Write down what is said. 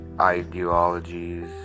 ideologies